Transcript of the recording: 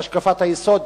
והשקפת היסוד,